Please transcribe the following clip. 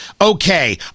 Okay